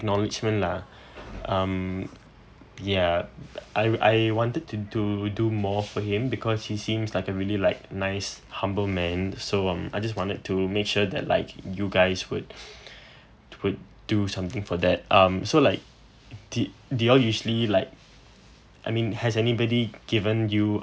acknowledgement lah um ya I I wanted to do do more for him because he seems like a really like nice humble man so um I just wanted to make sure that like you guys would would do something for that um so like did did you all usually like I mean has anybody given you